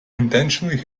intentionally